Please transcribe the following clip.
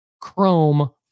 chrome